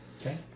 Okay